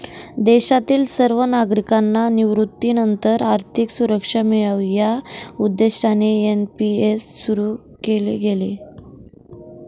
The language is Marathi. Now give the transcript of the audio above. देशातील सर्व नागरिकांना निवृत्तीनंतर आर्थिक सुरक्षा मिळावी या उद्देशाने एन.पी.एस सुरु केले गेले